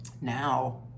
Now